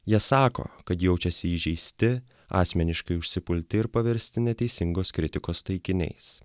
jie sako kad jaučiasi įžeisti asmeniškai užsipulti ir paversti neteisingos kritikos taikiniais